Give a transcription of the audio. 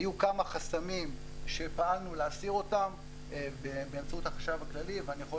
היו כמה חסמים שפעלנו להסיר אותם באמצעות החשב הכללי ואני יכול